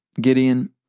Gideon